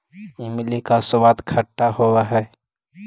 इमली का स्वाद खट्टा होवअ हई